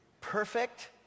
perfect